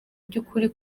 by’ukuri